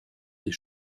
des